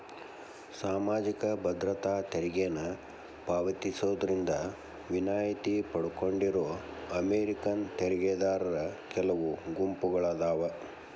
ಸಾಮಾಜಿಕ ಭದ್ರತಾ ತೆರಿಗೆನ ಪಾವತಿಸೋದ್ರಿಂದ ವಿನಾಯಿತಿ ಪಡ್ಕೊಂಡಿರೋ ಅಮೇರಿಕನ್ ತೆರಿಗೆದಾರರ ಕೆಲವು ಗುಂಪುಗಳಾದಾವ